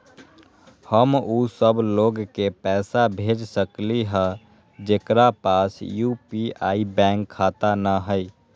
हम उ सब लोग के पैसा भेज सकली ह जेकरा पास यू.पी.आई बैंक खाता न हई?